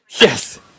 Yes